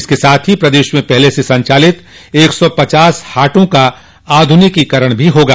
इसके साथ ही प्रदेश में पहले से संचालित एक सौ पचास हाटों का आधुनिकीकरण भी होगा